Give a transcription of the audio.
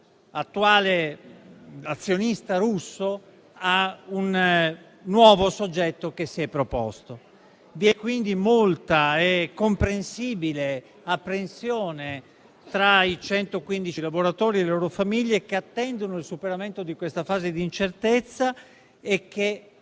dall'attuale azionista russo a un nuovo soggetto che si è proposto. Vi è quindi molta e comprensibile apprensione tra i 115 laboratori e le loro famiglie, che attendono il superamento di questa fase di incertezza e che